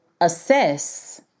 assess